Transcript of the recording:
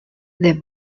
the